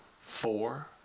four